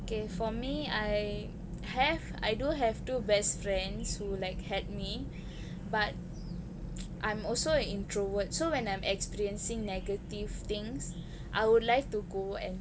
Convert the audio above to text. for me I have I do have two best friends who like helped me but I'm also an introvert so when I'm experiencing negative things I would like to go and